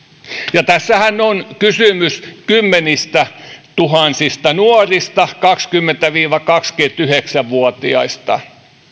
ja tässähän on kysymys kymmenistätuhansista nuorista kaksikymmentä viiva kaksikymmentäyhdeksän vuotiaista